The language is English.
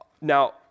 Now